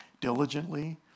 diligently